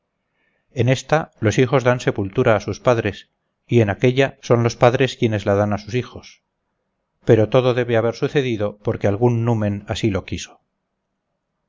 en esta los hijos dan sepultura a sus padres y en aquella son los padres quienes la dan a sus hijos pero todo debe haber sucedido porque algún numen así lo quiso